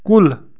کُل